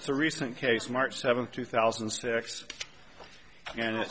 that's a recent case march seventh two thousand and six and